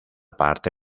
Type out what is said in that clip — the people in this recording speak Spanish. parte